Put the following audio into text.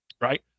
right